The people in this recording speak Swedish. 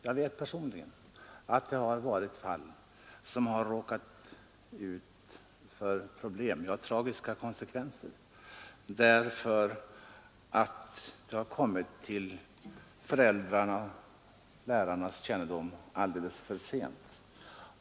Jag känner personligen till fall som har fått tragiska konsekvenser därför att de har kommit till föräldrarnas eller lärarnas kännedom alldeles för sent.